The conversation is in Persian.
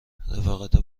رفاقتا